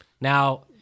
Now